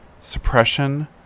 suppression